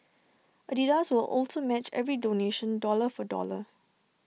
Adidas will also match every donation dollar for dollar